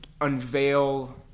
unveil